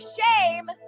shame